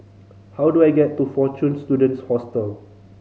how do I get to Fortune Students Hostel